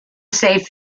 safe